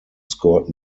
scored